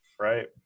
right